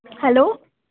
hello